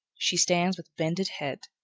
she stands with bended head,